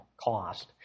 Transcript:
cost